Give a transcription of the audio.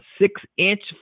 six-inch